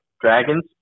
Dragons